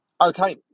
Okay